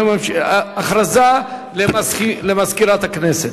הודעה למזכירת הכנסת.